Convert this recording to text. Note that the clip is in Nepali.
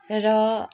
र